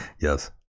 Yes